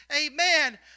Amen